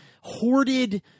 hoarded